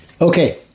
Okay